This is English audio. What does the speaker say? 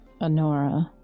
Honora